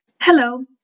Hello